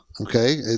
Okay